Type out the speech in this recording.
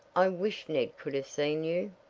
i wish ned could have seen you!